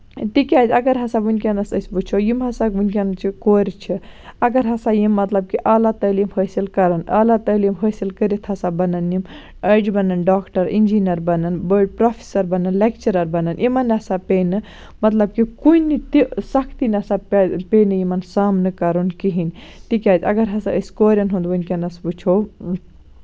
تِکیٛازِ اَگر ہسا ؤنکیٚنَس أسۍ وُچھو یِم ہسا ؤنکیٚنچہِ کورِ چھِ اَگر ہسا یم مطلب کہِ عالی تعلیٖم حٲصِل کرن عالی تعلیٖم حٲصِل کٔرِتھ ہسا بَنن یِم اَجہِ بَنن ڈاکٹر اِنجیٖنر بَنن بٔڈۍ پرٛوفیسر بَنن لیکچرار بَنن یِمن ہسا پیٚیہِ نہٕ مطلب کہِ کُنہِ تہِ سختی نسا پیٚیہِ نہٕ یِمن سامنہٕ کَرُن کِہیٖنٛۍ تِکیٛازِ اَگر ہسا أسۍ کوریٚن ہُنٛد ؤنکیٚنَس وُچھو